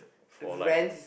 for like